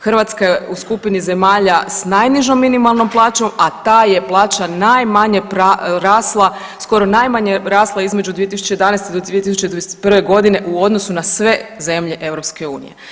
Hrvatska je u skupini zemalja s najnižom minimalnom plaćom, a ta je plaća najmanje rasla, skoro najmanje rasla između 2011. do 2021. godine u odnosu na sve zemlje EU.